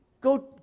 go